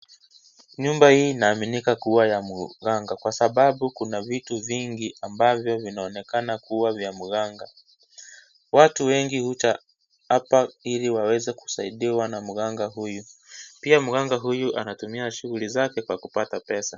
Nyumba hii inaaminika kuwa ya mganga kwa sababu kuna vitu vingi ambavyo vinaonekana kuwa vya mganga. Watu wengi huja hapa ili waweze kusaidiwa na mganga huyu. Pia mganga huyu anatumia shughuli zake kwa kupata pesa.